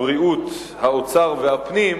משרד הבריאות, משרד האוצר ומשרד הפנים,